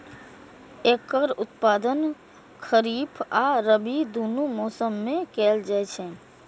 एकर उत्पादन खरीफ आ रबी, दुनू मौसम मे कैल जाइ छै